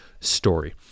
story